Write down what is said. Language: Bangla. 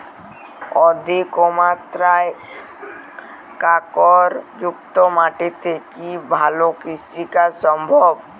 অধিকমাত্রায় কাঁকরযুক্ত মাটিতে কি ভালো কৃষিকাজ সম্ভব?